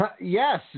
Yes